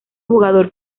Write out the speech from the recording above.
jugador